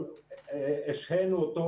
השהינו אותו,